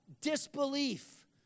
disbelief